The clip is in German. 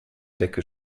decke